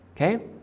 Okay